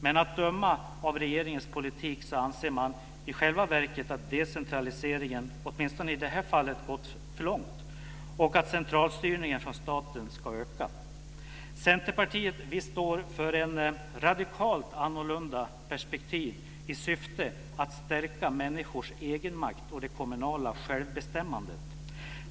Men att döma av regeringens politik anser man i själva verket att decentraliseringen, åtminstone i det här fallet, har gått för långt och att centralstyrningen från staten ska öka. Centerpartiet står för ett radikalt annorlunda perspektiv i syfte att stärka människors egenmakt och det kommunala självbestämmandet.